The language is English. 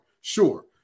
Sure